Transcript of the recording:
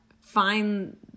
find